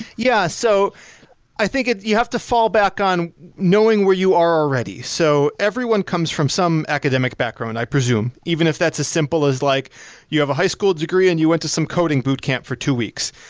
yeah. so i think you have to fall back on knowing where you are already. so everyone comes from some academic background, i presume, even if that's as simple as like you have a high school degree and you went to some coding boot camp for two weeks.